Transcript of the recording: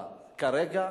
כרגע,